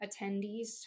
attendees